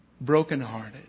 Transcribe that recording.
brokenhearted